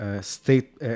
state